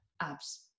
abs